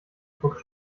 druck